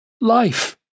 life